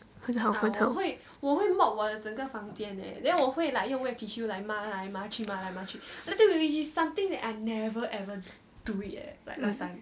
很好很好 um